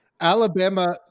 Alabama